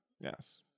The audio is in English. yes